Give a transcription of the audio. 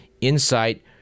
insight